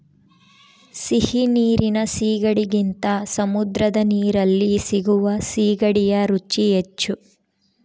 ಸಿಹಿ ನೀರಿನ ಸೀಗಡಿಗಿಂತ ಸಮುದ್ರದ ನೀರಲ್ಲಿ ಸಿಗುವ ಸೀಗಡಿಯ ರುಚಿ ಹೆಚ್ಚು